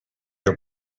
are